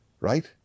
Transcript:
right